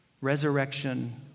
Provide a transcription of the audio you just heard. Resurrection